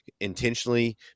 intentionally